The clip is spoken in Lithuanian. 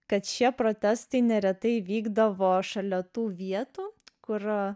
kad šie protestai neretai vykdavo šalia tų vietų kur